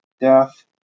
death